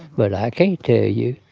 but i can't tell you.